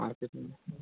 ମାଲ୍ କେତେ ନେବେ